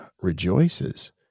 rejoices